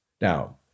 Now